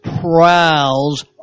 prowls